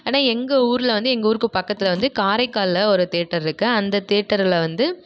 ஆனால் எங்கள் ஊரில் வந்து எங்கள் ஊருக்கு பக்கத்தில் வந்து காரைக்காலில் ஒரு தியேட்டர் இருக்கு அந்த தியேட்டரில் வந்து